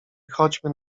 chodźmy